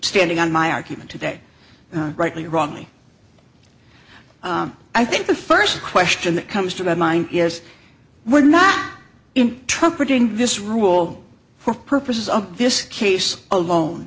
standing on my argument today rightly or wrongly i think the first question that comes to my mind is we're not in trumpeting this rule for purposes of this case alone